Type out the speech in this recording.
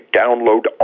download